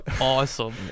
awesome